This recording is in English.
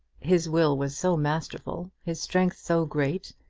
his will was so masterful, his strength so great,